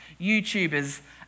youtubers